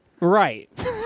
Right